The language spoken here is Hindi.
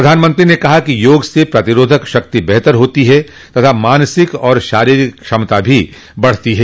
प्रधानमंत्री ने कहा कि योग से प्रतिरोधक शक्ति बेहतर होती है तथा मानसिक और शारीरिक क्षमता भी बढ़ती है